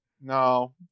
No